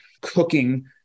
cooking